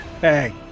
Hey